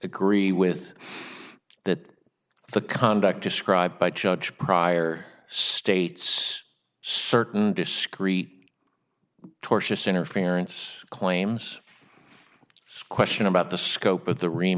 agree with that the conduct described by judge prior states certain discrete tortious interference claims it's question about the scope of the r